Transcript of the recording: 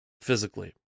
physically